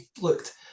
looked